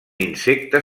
insecte